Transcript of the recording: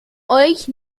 euch